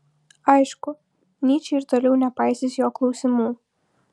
aišku nyčė ir toliau nepaisys jo klausimų